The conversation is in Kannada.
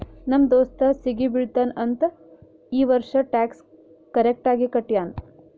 ನಮ್ ದೋಸ್ತ ಸಿಗಿ ಬೀಳ್ತಾನ್ ಅಂತ್ ಈ ವರ್ಷ ಟ್ಯಾಕ್ಸ್ ಕರೆಕ್ಟ್ ಆಗಿ ಕಟ್ಯಾನ್